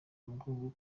umugongo